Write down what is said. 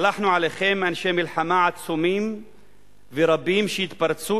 שלחנו עליכם אנשי מלחמה עצומים ורבים שיתפרצו